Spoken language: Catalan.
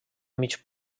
mig